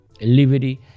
liberty